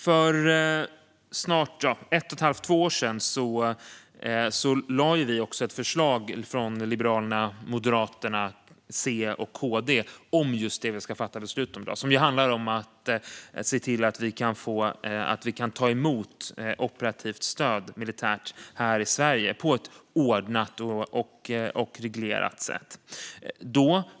För ett och ett halvt till två år sedan lade vi från Liberalerna, Moderaterna, C och KD fram ett förslag om det som vi ska fatta beslut om i dag. Det handlar om att se till att vi kan ta emot operativt militärt stöd här i Sverige på ett ordnat och reglerat sätt.